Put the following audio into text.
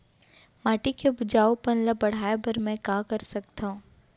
माटी के उपजाऊपन ल बढ़ाय बर मैं का कर सकथव?